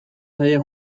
zaie